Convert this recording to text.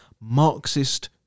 Marxist